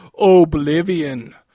Oblivion